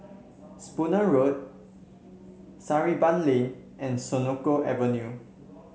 Spooner Road Sarimbun Lane and Senoko Avenue